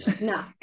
No